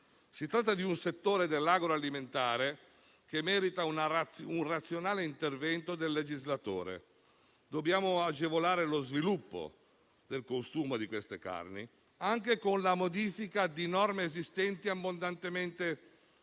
Si tratta di un settore dell'agroalimentare che merita un razionale intervento del legislatore. Dobbiamo agevolare lo sviluppo del consumo di queste carni anche con la modifica di norme esistenti ma abbondantemente superate.